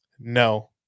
No